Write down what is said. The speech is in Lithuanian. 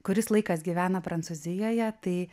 kuris laikas gyvena prancūzijoje tai